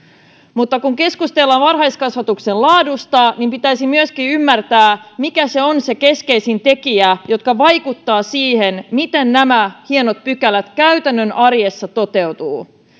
mutta kun keskustellaan varhaiskasvatuksen laadusta pitäisi ymmärtää myöskin mikä on se keskeisin tekijä joka vaikuttaa siihen miten nämä hienot pykälät käytännön arjessa toteutuvat